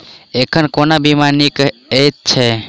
एखन कोना बीमा नीक हएत छै?